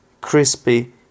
crispy